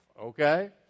okay